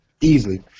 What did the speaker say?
easily